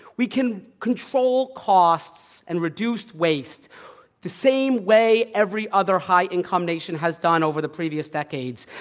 we can control costs and reduce waste the same way every other high-income nation has done over the previous decades.